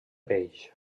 peix